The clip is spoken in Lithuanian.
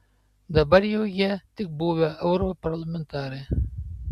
dabar jau jie tik buvę europarlamentarai